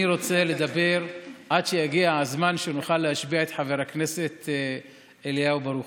אני רוצה לדבר עד שיגיע הזמן שנוכל להשביע את חבר הכנסת אליהו ברוכי.